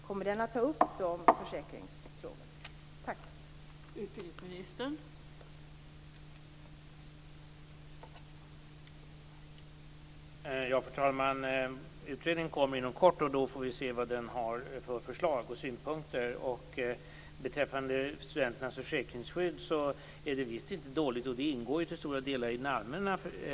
Kommer de här försäkringsfrågorna att tas upp?